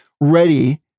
ready